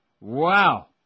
Wow